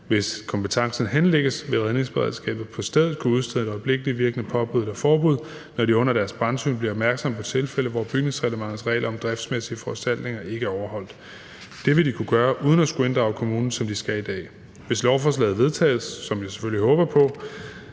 Hvis kompetencen henlægges, vil redningsberedskabet på stedet kunne udstede et øjeblikkeligt virkende påbud eller forbud, når de under deres brandsyn bliver opmærksomme på tilfælde, hvor bygningsreglementets regler om driftsmæssige foranstaltninger ikke er overholdt. Det vil de kunne gøre uden at skulle inddrage kommunen, sådan som de skal i dag. Hvis lovforslaget vedtages, hvilket jeg selvfølgelig håber på,